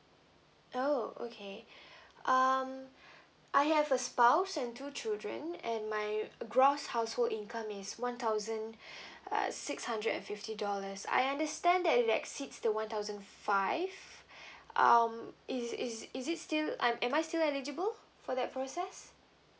oh okay um I have a spouse and two children and my gross household income is one thousand uh six hundred and fifty dollars I understand that it exceeds the one thousand five um is is is it still I'm am I still eligible for that process